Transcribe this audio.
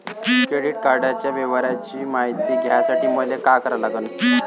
Credit कार्डाच्या व्यवहाराची मायती घ्यासाठी मले का करा लागन?